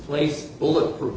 place bullet proof